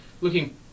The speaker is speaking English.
looking